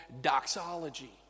doxology